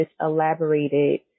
elaborated